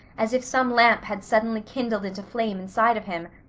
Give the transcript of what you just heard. as if some lamp had suddenly kindled into flame inside of him,